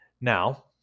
Now